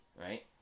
right